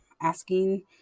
asking